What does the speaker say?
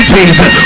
Jesus